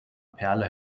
perle